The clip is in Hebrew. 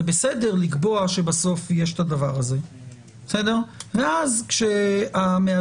בסדר לקבוע שבסוף יש את הדבר הזה ואז כשהמאסדר